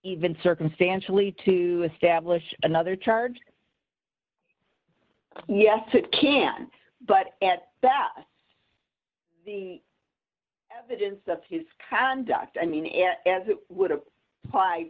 even circumstantially to establish another charge yes it can but at that the evidence of his conduct i mean as it would have applied